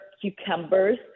cucumbers